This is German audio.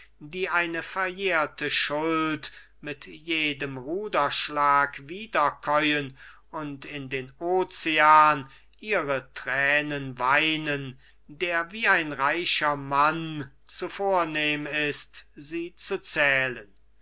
die eine verjährte schuld mit jedem ruderschlag wiederkäuen und in den ozean ihre tränen weinen der wie ein reicher mann zu vornehm ist sie zu zählen